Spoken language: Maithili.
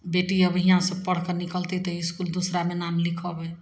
बेटी अब हिआँ से पढ़िके निकलतै तऽ इसकुल दोसरामे नाम लिखेबै